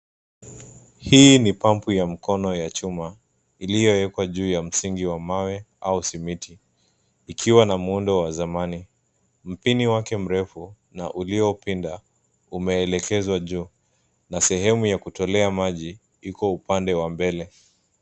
Hii ni pampu ya mkono ya chuma iliyowekwa juu ya msingi wa mawe au simiti ikiwa na muundo wa zamani, mpini wake mrefu, na uliopinda umeelekezwa juu na sehemu ya kutolea maji iko upande wa mbele.